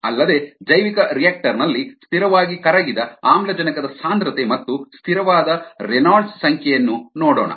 ಅಲ್ಲದೆ ಜೈವಿಕರಿಯಾಕ್ಟರ್ ನಲ್ಲಿ ಸ್ಥಿರವಾಗಿ ಕರಗಿದ ಆಮ್ಲಜನಕದ ಸಾಂದ್ರತೆ ಮತ್ತು ಸ್ಥಿರವಾದ ರೆನಾಲ್ಡ್ಸ್ ಸಂಖ್ಯೆಯನ್ನು ನೋಡೋಣ